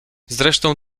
zresztą